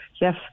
yes